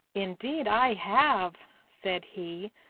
indeed i have, said he.